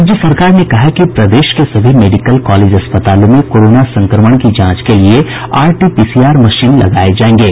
राज्य सरकार ने कहा है कि प्रदेश के सभी मेडिकल कॉलेज अस्पतालों में कोरोना संक्रमण की जांच के लिए आरटीपीसीआर मशीन लगाये जायेंगे